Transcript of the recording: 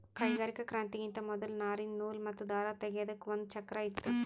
ಕೈಗಾರಿಕಾ ಕ್ರಾಂತಿಗಿಂತಾ ಮೊದಲ್ ನಾರಿಂದ್ ನೂಲ್ ಮತ್ತ್ ದಾರ ತೇಗೆದಕ್ ಒಂದ್ ಚಕ್ರಾ ಇತ್ತು